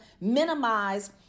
minimize